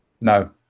No